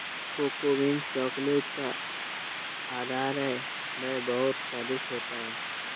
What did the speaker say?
cocoa beans chocolate का आधार है वह बहुत स्वादिष्ट होता है